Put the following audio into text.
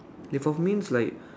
live off means like